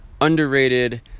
underrated